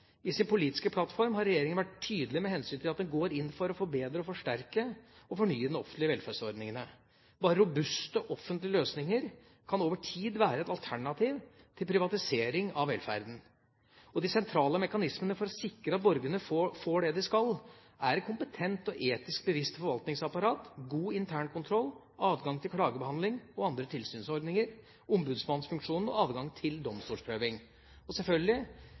I sin politiske plattform har regjeringa vært tydelig på at den går inn for å forbedre, forsterke og fornye de offentlige velferdsordningene. Bare robuste offentlige løsninger kan over tid være et alternativ til privatisering av velferden. De sentrale mekanismene for å sikre at borgerne får det de skal, er et kompetent og etisk bevisst forvaltningsapparat, god internkontroll, adgang til klagebehandling, andre tilsynsordninger, ombudsmannsfunksjonen og adgang til domstolsprøving. Selvfølgelig lytter vi og